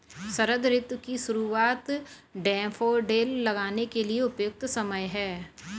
शरद ऋतु की शुरुआत डैफोडिल लगाने के लिए उपयुक्त समय है